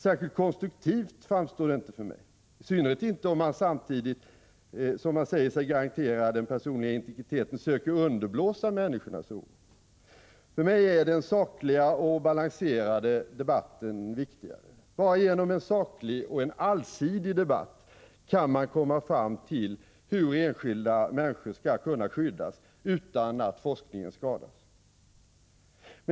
Särskilt konstruktivt framstår det inte för mig, i synnerhet inte om man samtidigt som man säger sig garantera den personliga integriteten söker underblåsa människornas oro. För mig är den sakliga och balanserade debatten viktigare. Bara genom en saklig och en allsidig debatt kan man komma fram till hur enskilda människor skall kunna skyddas utan att forskningen skadas.